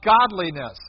godliness